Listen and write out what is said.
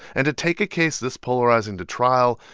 and to take a case this polarizing to trial,